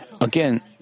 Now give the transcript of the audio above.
Again